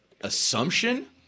assumption